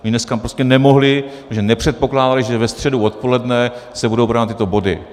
Oni dneska prostě nemohli, protože nepředpokládali, že ve středu odpoledne se budou brát tyto body.